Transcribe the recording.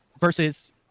versus